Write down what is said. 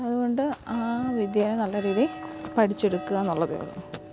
അതുകൊണ്ട് ആ വിദ്യയെ നല്ല രീതിയില് പഠിച്ചെടുക്കുക എന്നുള്ളതേയുള്ളൂ